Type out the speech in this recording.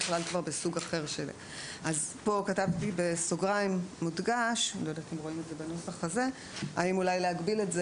אז פה כתבתי מודגש בסוגריים האם אולי להגביל את זה